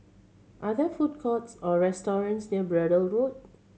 are there food courts or restaurants near Braddell Road